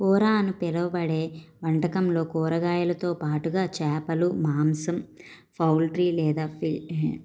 కూర అని పిలవబడే వంటకంలో కూరగాయలతో పాటుగా చేపలు మాంసం పౌల్ట్రీ లేదా